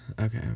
okay